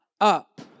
up